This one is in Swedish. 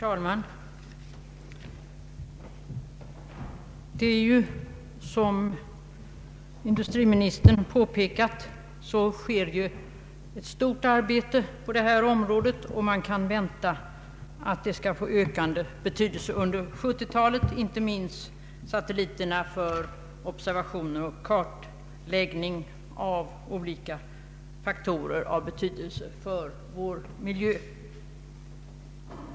Herr talman! Som industriministern påpekat, utföres ett stort arbete inom detta område, och man kan vänta att det skall få ökande betydelse under 1970-talet. Jag tänker inte minst på satelliter för observationer och kartläggning av olika faktorer av betydelse för vår miljö.